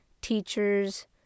teachers